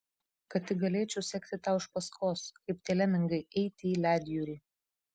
kad tik galėčiau sekti tau iš paskos kaip tie lemingai eiti į ledjūrį